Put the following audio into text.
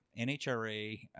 NHRA